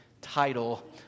title